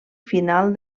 final